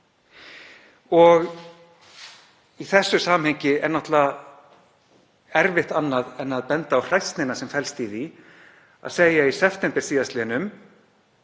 Í þessu samhengi er erfitt annað en að benda á hræsnina sem felst í því að segja í september síðastliðnum